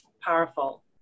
powerful